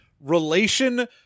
relation